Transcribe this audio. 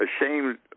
ashamed